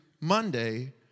Monday